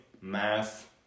math